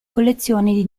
collezioni